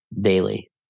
daily